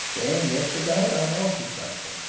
then, yesterday, i wanted something.